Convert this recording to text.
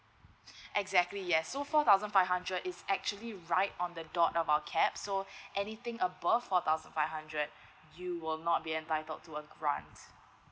exactly yes so four thousand five hundred is actually right on the dot of our cap so anything above four thousand five hundred you will not be entitled to a grant